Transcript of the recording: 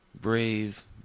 Brave